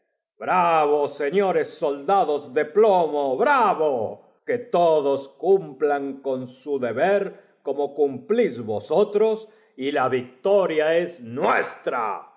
bravo señores soldados de plomo bravo que todos cumplan con s u deber como cumplls vosotros y la victoria ca nuestra